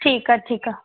ठीकु आहे ठीकु आहे